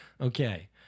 Okay